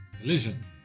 Collision